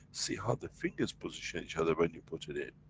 see how the fingers position each other when you put it in.